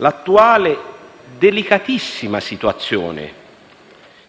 l'attuale, delicatissima situazione